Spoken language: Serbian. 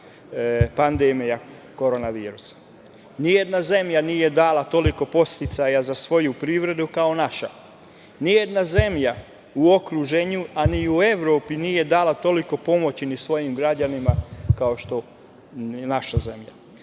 pandemija korona virusa. Nijedna zemlja nije dala toliko podsticaja za svoju privredu kao naša. Nijedna zemlja u okruženju, a ni u Evropi nije dala toliko pomoći ni svojim građana kao što je naša zemlja. Država